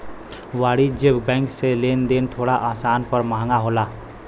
वाणिज्यिक बैंक से लेन देन थोड़ा आसान पर महंगा होला